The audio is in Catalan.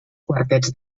quartets